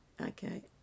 Okay